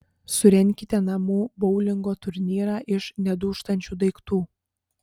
surenkite namų boulingo turnyrą iš nedūžtančių daiktų